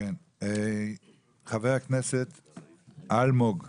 חה"כ אלמוג כהן,